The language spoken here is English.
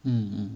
mm mm